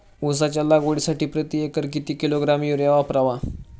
उसाच्या लागवडीसाठी प्रति एकर किती किलोग्रॅम युरिया वापरावा?